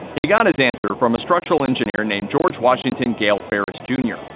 he got his answer from a structural engineer named george washington gale ferris, jr.